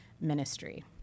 ministry